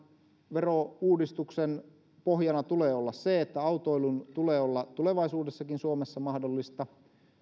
verouudistuksen pohjana tulee olla se että autoilun tulee olla tulevaisuudessakin suomessa mahdollista